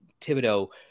Thibodeau